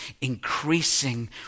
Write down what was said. increasing